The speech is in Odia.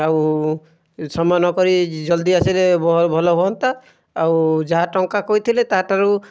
ଆଉ ସମୟ ନ କରି ଜଲ୍ଦି ଆସିଲେ ଭଲ ହୁଅନ୍ତା ଆଉ ଯାହା ଟଙ୍କା କହିଥିଲେ ତା ଠାରୁ